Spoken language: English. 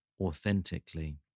authentically